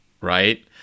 right